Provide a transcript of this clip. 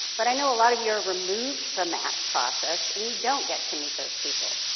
but i know a lot of you are removed from that process and you don't get to meet those people,